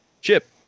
Chip